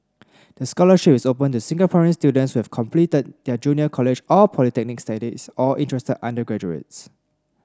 the scholarship is open to Singaporean students who have completed their junior college or polytechnic studies or interested undergraduates